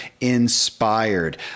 inspired